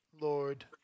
Lord